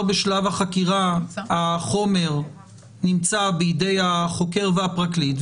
בשלב החקירה החומר נמצא בידי החוקר והפרקליט,